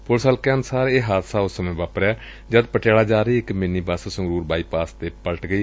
police ਹਲਕਿਆਂ ਅਨੁਸਾਰ ਇਹ ਹਾਦਸਾ ਉਸ ਸਮੇਂ ਵਾਪਰਿਆ ਜਦ ਪਟਿਆਲਾ ਜਾ ਰਹੀ ਇਕ ਮਿੰਨੀ ਬਸ ਸੰਗਰੁਰ ਬਾਈਪਾਸ ਤੇ ਪਲਟ ਗਈ